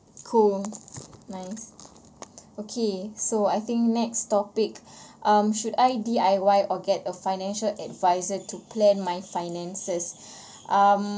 cool nice okay so I think next topic um should I D_I_Y or get a financial adviser to plan my finances um